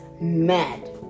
mad